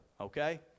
Okay